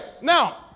Now